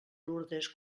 lourdes